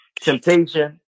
temptation